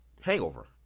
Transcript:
hangover